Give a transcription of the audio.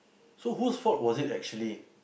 so whose fault was it actually